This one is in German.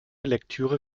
lektüre